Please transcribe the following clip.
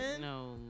No